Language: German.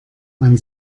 man